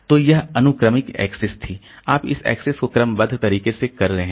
तो यह अनुक्रमिक एक्सेस थी इसलिए आप इस एक्सेस को क्रमबद्ध तरीके से कर रहे हैं